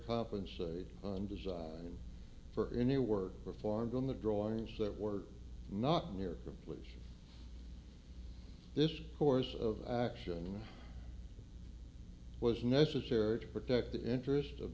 compensated and design for any work performed on the drawings that were not near complete this course of action was necessary to protect the interest of